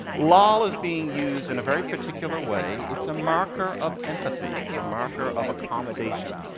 lol is being used in a very particular way. it's a marker of empathy. it's a marker of accommodation.